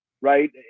Right